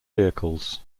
vehicles